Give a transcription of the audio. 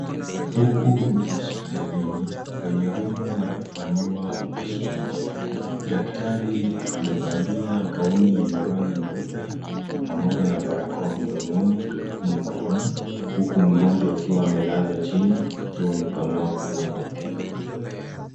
Huku ni hospitalini kwenye rumu ya kufanyiwa upasuaji .Daktari amevalia gauni yenye rangi nyeupe pamoja na barakoa mdomoni alafu mkononi huku mgonjwa akiwa amelazwa chini akiwa amepanua mdomo wake.